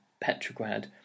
Petrograd